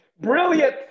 Brilliant